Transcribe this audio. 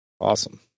Awesome